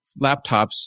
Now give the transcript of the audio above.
laptops